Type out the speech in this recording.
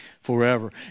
forever